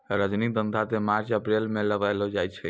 रजनीगंधा क मार्च अप्रैल म लगैलो जाय छै